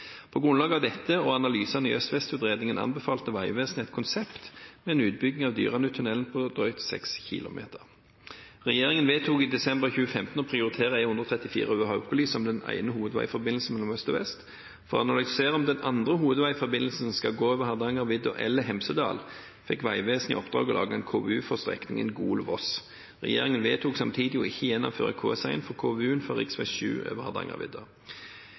På grunnlag av dette og analysene i øst–vest-utredningen anbefalte Vegvesenet et konsept med en utbygging av Dyranuttunnelen på drøyt 6 km. Regjeringen vedtok i desember 2015 å prioritere E134 over Haukeli som den ene hovedveiforbindelsen mellom Østlandet og Vestlandet. For å analysere om den andre hovedveiforbindelsen skal gå over Hardangervidda eller Hemsedal, fikk Vegvesenet i oppdrag å lage en KVU for strekningen Gol–Voss. Regjeringen vedtok samtidig ikke å gjennomføre KS1 for KVU-en for rv. 7 over Hardangervidda.